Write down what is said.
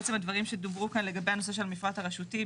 הדברים שדוברו כאן לגבי הנושא של המפרט הרשותי.